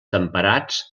temperats